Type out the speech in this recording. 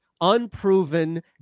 unproven